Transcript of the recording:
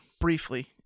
briefly